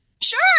sure